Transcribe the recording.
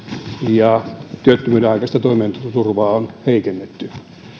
ja työttömyyden aikaista toimeentuloturvaansa on heikennetty